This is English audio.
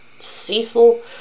Cecil